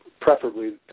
preferably